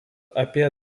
apie